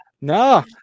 No